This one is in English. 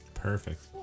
Perfect